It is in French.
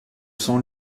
sans